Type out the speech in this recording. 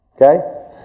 Okay